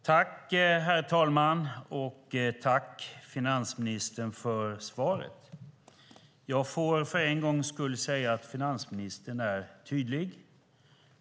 Herr talman! Jag tackar finansministern för svaret. Jag får för en gångs skull säga att finansministern är tydlig.